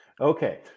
okay